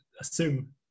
assume